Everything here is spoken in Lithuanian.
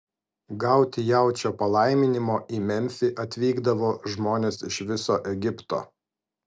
gauti jaučio palaiminimo į memfį atvykdavo žmonės iš viso egipto